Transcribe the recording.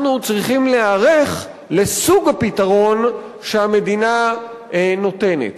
צריכים להיערך לסוג הפתרון שהמדינה נותנת.